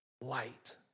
light